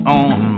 on